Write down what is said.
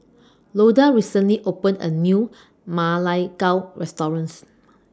Loda recently opened A New Ma Lai Gao restaurants